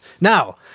now